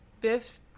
biff